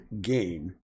gain